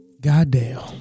Goddamn